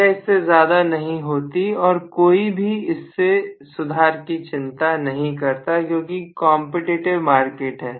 यह इससे ज्यादा नहीं होती और कोई भी इसमें सुधार की चिंता नहीं करता क्योंकि कॉम्पिटेटिव मार्केट है